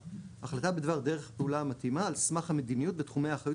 החלטה בדבר דרך פעולה מתאימה על סמך המדיניות ותחומי האחריות